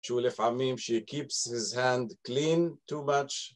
שהוא לפעמים, ש- he keeps his hand clean too much.